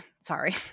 Sorry